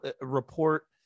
report